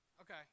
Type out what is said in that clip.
Okay